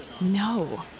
No